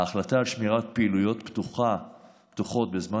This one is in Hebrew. ההחלטה על שמירת פעילויות פתוחות בזמן